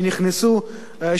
שנכנסו,